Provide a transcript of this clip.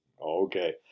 Okay